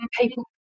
people